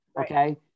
Okay